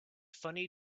funny